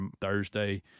Thursday